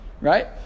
Right